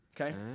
Okay